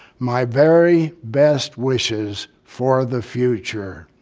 my very best wishes for the future.